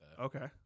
Okay